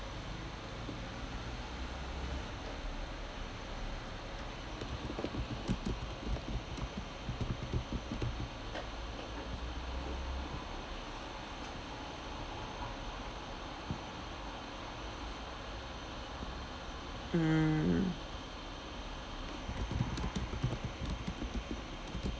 mm